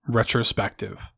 retrospective